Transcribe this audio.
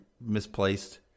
misplaced